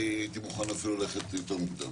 אני הייתי מוכן ללכת אפילו יותר מוקדם.